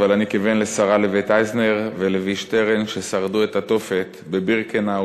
אבל אני כבן לשרה לבית אייזנר ולוי שטרן ששרדו את התופת בבירקנאו,